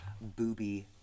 Booby